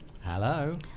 Hello